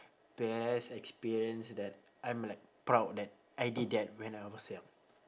best experience that I'm like proud that I did that when I was young